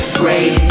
great